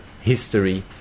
history